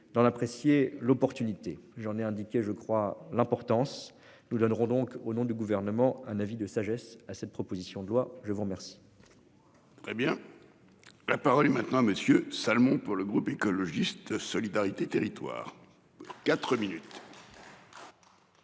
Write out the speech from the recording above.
l'apprécier l'opportunité j'en ai indiqué je crois l'importance nous donnerons donc au nom du gouvernement, un avis de sagesse à cette proposition de loi, je vous remercie. Très bien. La parole est maintenant Monsieur Salmon pour le groupe écologiste solidarité et territoires. 4 minutes.